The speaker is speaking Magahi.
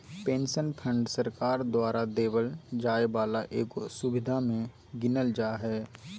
पेंशन फंड सरकार द्वारा देवल जाय वाला एगो सुविधा मे गीनल जा हय